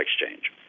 exchange